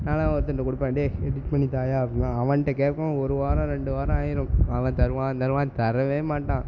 நான்லாம் ஒருத்தன்கிட்ட கொடுப்பேன் டேய் எடிட் பண்ணி தாய்யா அப்படிம்பேன் அவன்கிட்ட கேட்பேன் ஒரு வாரம் ரெண்டு வாரம் ஆயிடும் அவன் தருவான் தருவான் தரவே மாட்டான்